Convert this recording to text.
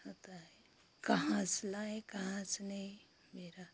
खाते हैं कहाँ से लाएँ कहाँ से नहीं मेरा